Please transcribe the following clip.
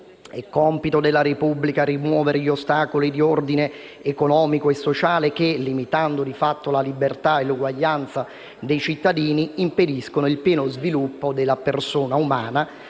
(«È compito della Repubblica rimuovere gli ostacoli di ordine economico e sociale, che, limitando di fatto la libertà e l'uguaglianza dei cittadini, impediscono il pieno sviluppo della persona umana